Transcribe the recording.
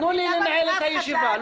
תנו לי לנהל את הישיבה.